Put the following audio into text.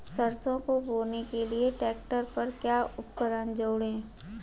सरसों को बोने के लिये ट्रैक्टर पर क्या उपकरण जोड़ें?